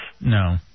No